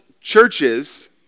churches